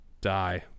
die